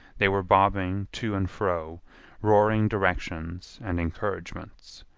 they were bobbing to and fro roaring directions and encouragements.